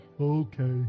Okay